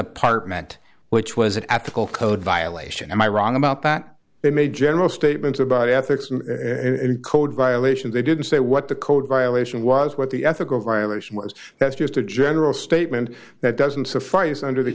department which was an ethical code violation am i wrong about that they made general statements about ethics and code violations they didn't say what the code violation was what the ethical violation was that's just a general statement that the suffice under the